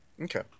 Okay